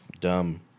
dumb